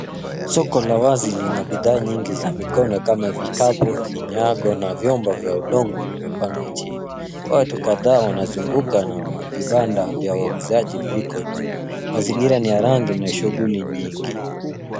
Soko la wazi lina bidhaa nyingi za mikono kama vikapu, vinyago na vyombo vya udongo vimepangwa chini. Watu kadhaa wanazunguka na vibanda vya wauzaji viko nyuma. Mazingira ni ya rangi na shughuli nyingi.